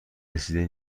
رسیده